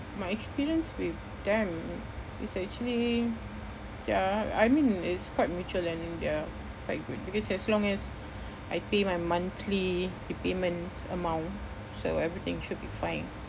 my experience with them is actually ya I mean it's quite mutual and they're quite good because as long as I pay my monthly repayment amount so everything should be fine